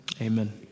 amen